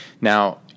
now